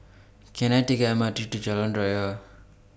Can I Take The M R T to Jalan Raya